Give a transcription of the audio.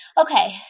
Okay